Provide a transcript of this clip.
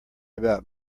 about